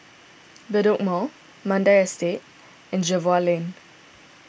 Bedok Mall Mandai Estate and Jervois Lane